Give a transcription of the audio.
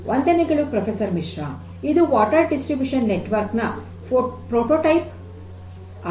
ವಂದನೆಗಳು ಪ್ರೊಫೆಸರ್ ಮಿಸ್ರ ಇದು ನೀರಿನ ವಿತರಣೆಯ ನೆಟ್ವರ್ಕ್ ನ ಪ್ರೊಟೋಟೈಪ್ ಆಗಿದೆ